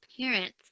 parents